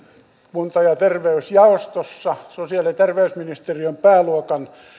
kunta ja terveysjaostossa sosiaali ja terveysministeriön pääluokan